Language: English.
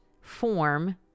form